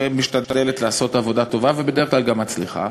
שמשתדלת לעשות עבודה טובה ובדרך כלל גם מצליחה,